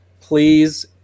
Please